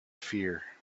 fear